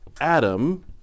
Adam